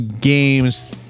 games